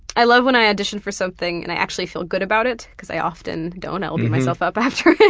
i love when i audition for something and i actually feel good about it, because i often don't, i will beat myself up after it,